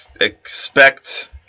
expect